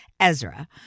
Ezra